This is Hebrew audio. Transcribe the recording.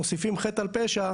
מוסיפים חטא על פשע,